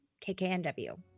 KKNW